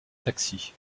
taxi